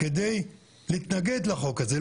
על מנת להתנגד לחוק הזה,